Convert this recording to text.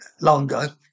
longer